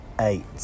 eight